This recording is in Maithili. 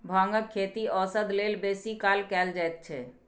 भांगक खेती औषध लेल बेसी काल कएल जाइत छै